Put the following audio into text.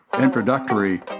introductory